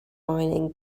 mining